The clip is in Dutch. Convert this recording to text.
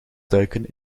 duiken